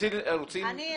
אני עירית,